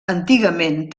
antigament